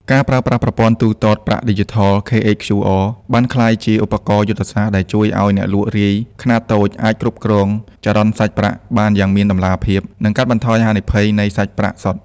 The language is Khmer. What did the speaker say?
ការប្រើប្រាស់ ប្រព័ន្ធទូទាត់ប្រាក់ឌីជីថល (KHQR) បានក្លាយជាឧបករណ៍យុទ្ធសាស្ត្រដែលជួយឱ្យអ្នកលក់រាយខ្នាតតូចអាចគ្រប់គ្រង ចរន្តសាច់ប្រាក់ បានយ៉ាងមានតម្លាភាព និងកាត់បន្ថយហានិភ័យនៃសាច់ប្រាក់សុទ្ធ។